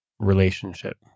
relationship